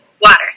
Water